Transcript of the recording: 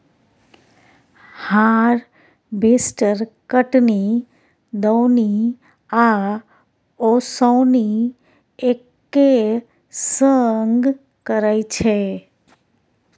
harvester कटनी, दौनी आ ओसौनी एक्के संग करय छै